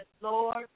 Lord